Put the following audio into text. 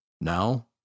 Now